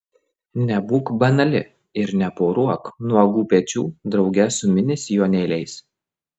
nebūk banali ir neporuok nuogų pečių drauge su mini sijonėliais